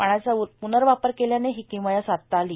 पाण्याचा प्नर्वापर केल्याने हि किमया साधता आली